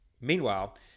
Meanwhile